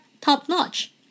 top-notch